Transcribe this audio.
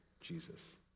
Jesus